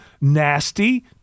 nasty